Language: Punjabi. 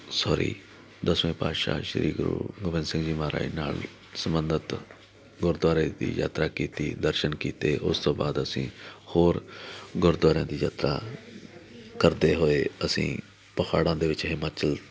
ਸੋਰੀ ਦਸਵੇਂ ਪਾਤਸ਼ਾਹ ਸ੍ਰੀ ਗੁਰੂ ਗੋਬਿੰਦ ਸਿੰਘ ਜੀ ਮਹਾਰਾਜ ਨਾਲ ਸੰਬੰਧਿਤ ਗੁਰਦੁਆਰੇ ਦੀ ਯਾਤਰਾ ਕੀਤੀ ਦਰਸ਼ਨ ਕੀਤੇ ਉਸ ਤੋਂ ਬਾਅਦ ਅਸੀਂ ਹੋਰ ਗੁਰਦੁਆਰਿਆਂ ਦੀ ਯਾਤਰਾ ਕਰਦੇ ਹੋਏ ਅਸੀਂ ਪਾਹੜਾਂ ਦੇ ਵਿੱਚ ਹਿਮਾਚਲ